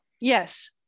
Yes